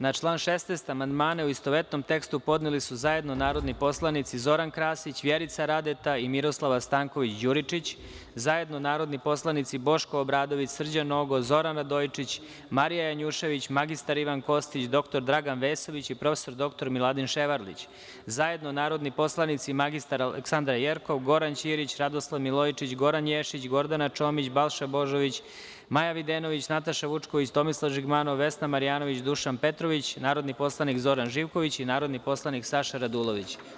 Na član 16. amandmane, u istovetnom tekstu, podneli su zajedno narodni poslanici Zoran Krasić, Vjerica Radeta i Miroslava Stanković Đuričić, zajedno narodni poslanici Boško Obradović, Srđan Nogo, Zoran Radojičić, Marija Janjušević, mr Ivan Kostić, dr Dragan Vesović i prof. dr Miladin Ševarlić, zajedno narodni poslanici mr Aleksandra Jerkov, Goran Ćirić, Radoslav Milojičić, Goran Ješić, Gordana Čomić, Balša Božović, Maja Videnović, Nataša Vučković, Tomislav Žigmanov, Vesna Marjanović, Dušan Petrović, narodni poslanik Zoran Živković i narodni poslanik Saša Radulović.